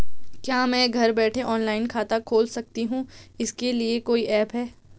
क्या मैं घर बैठे ऑनलाइन खाता खोल सकती हूँ इसके लिए कोई ऐप है?